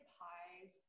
pies